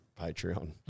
Patreon